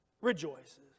rejoices